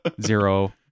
Zero